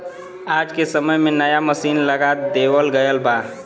आज के समय में नया मसीन लगा देवल गयल बा